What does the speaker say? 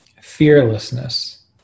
fearlessness